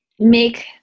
make